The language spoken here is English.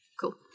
Cool